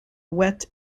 wet